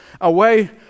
away